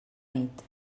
nit